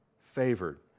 favored